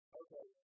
okay